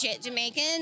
Jamaican